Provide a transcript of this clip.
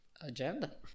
agenda